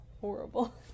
horrible